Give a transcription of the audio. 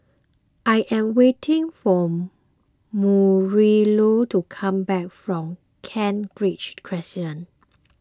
I am waiting for Marilou to come back from Kent Ridge Crescent